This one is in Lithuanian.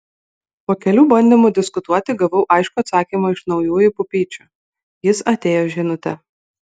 po kelių bandymų diskutuoti gavau aiškų atsakymą iš naujųjų pupyčių jis atėjo žinute